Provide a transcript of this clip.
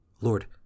Lord